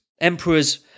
Emperors